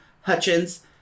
Hutchins